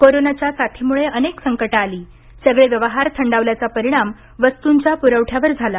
कोरोनाच्या साथीमुळे अनेक संकटं आली सगळे व्यवहार थंडावल्याचा परिणाम वस्तूंच्या पुरवठ्यावर झाला